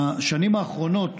בשנים האחרונות,